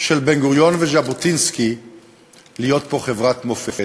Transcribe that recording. של בן-גוריון וז'בוטינסקי להיות פה חברת מופת,